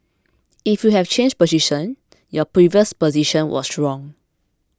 if we have changed position and your previous position was wrong